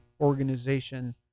organization